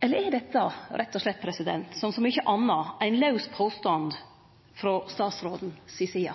Eller er dette rett og slett – som så mykje anna – ein laus påstand frå statsråden si side?